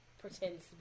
pretends